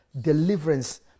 Deliverance